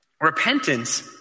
Repentance